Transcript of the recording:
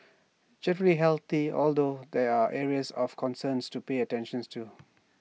generally healthy although there are areas of concerns to pay attentions to